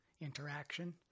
interaction